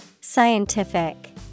scientific